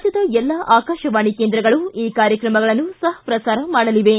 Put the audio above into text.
ರಾಜ್ಯದ ಎಲ್ಲಾ ಆಕಾಶವಾಣಿ ಕೇಂದ್ರಗಳು ಈ ಕಾರ್ಯಕ್ರಮಗಳನ್ನು ಸಹ ಪ್ರಸಾರ ಮಾಡಲಿವೆ